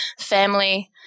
family